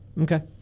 Okay